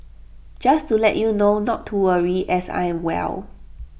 just to let you know not to worry as I'm well